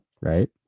right